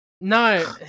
No